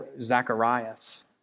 Zacharias